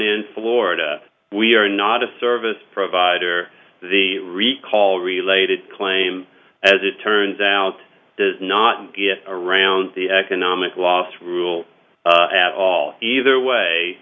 in florida we are not a service provider the recall related claim as it turns out does not get around the economic loss rule at all either way